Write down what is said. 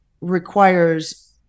requires